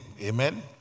Amen